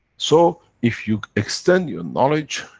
so, if you extend your knowledge,